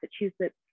Massachusetts